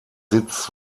sitz